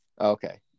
Okay